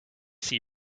see